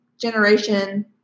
generation